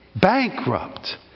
Bankrupt